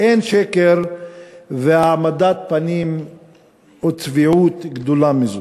אין שקר והעמדת פנים וצביעות גדולה מזאת.